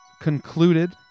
concluded